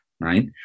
right